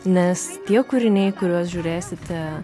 nes tie kūriniai kuriuos žiūrėsite